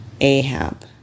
Ahab